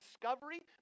discovery